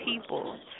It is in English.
people